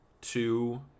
two